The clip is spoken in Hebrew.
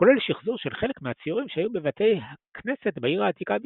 כולל שחזור של חלק מהציורים שהיו בבתי הכנסת בעיר העתיקה בירושלים,